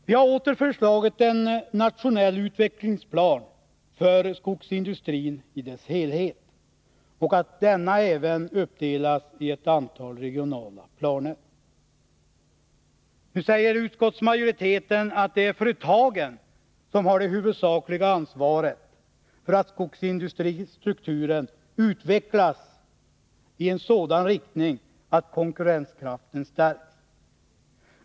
Vi har åter föreslagit en nationell utvecklingsplan för skogsindustrin i dess helhet liksom även att denna skall uppdelas i ett antal regionala planer. Nu säger utskottsmajoriteten att det är företagen som har det huvudsakliga ansvaret för att skogsindustristrukturen utvecklas i en sådan riktning att konkurrenskraften stärks.